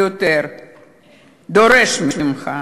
דורש ממך,